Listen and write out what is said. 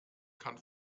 kann